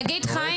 חיים,